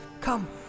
Come